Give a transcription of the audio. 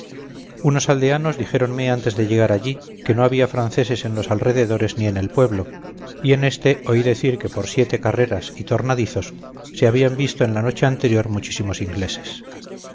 unos aldeanos dijéronme antes de llegar allí que no había franceses en los alrededores ni en el pueblo y en este oí decir que por siete carreras y tornadizos se habían visto en la noche anterior muchísimos ingleses